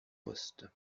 poste